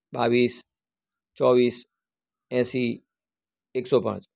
દસ પંદર બાવીસ ચોવીસ એંસી એકસો પાંચ